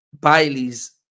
Bailey's